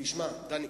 תשמע, דני,